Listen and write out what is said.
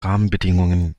rahmenbedingungen